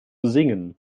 singen